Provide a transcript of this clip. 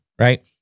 Right